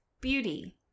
Beauty